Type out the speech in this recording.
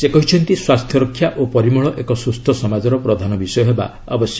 ସେ କହିଛନ୍ତି ସ୍ୱାସ୍ଥ୍ୟ ରକ୍ଷା ଓ ପରିମଳ ଏକ ସୁସ୍ଥ ସମାଜର ପ୍ରଧାନ ବିଷୟ ହେବା ଉଚିତ